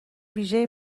ویژهی